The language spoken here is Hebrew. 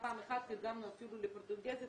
פעם אחת תרגמנו אפילו לפורטוגזית,